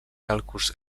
càlculs